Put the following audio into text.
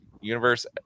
Universe